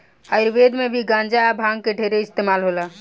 आयुर्वेद मे भी गांजा आ भांग के ढेरे इस्तमाल होला